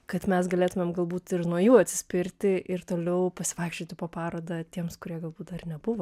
kad mes galėtumėm galbūt ir nuo jų atsispirti ir toliau pasivaikščioti po parodą tiems kurie galbūt dar nebuvo